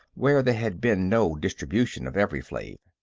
where there had been no distribution of evri-flave.